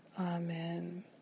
Amen